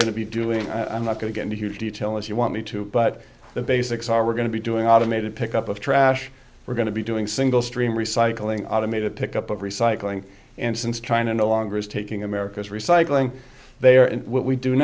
to be doing i'm not going to get into huge detail if you want me to but the basics are we're going to be doing automated pick up of trash we're going to be doing single stream recycling automated pickup of recycling and since trying to no longer is taking america's recycling they are in w